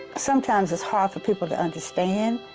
sometimes it's hard for people to understand,